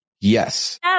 Yes